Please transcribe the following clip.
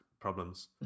problems